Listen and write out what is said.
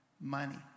money